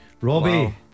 Robbie